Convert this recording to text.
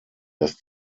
dass